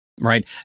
Right